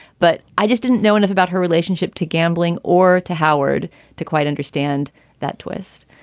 but i just didn't know enough about her relationship to gambling or to howard to quite understand that twist.